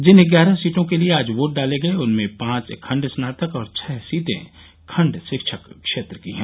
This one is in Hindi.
जिन ग्यारह सीटों के लिये आज वोट डाले गये उनमें पांच खण्ड स्नातक और छः सीटें खण्ड शिक्षक क्षेत्र की हैं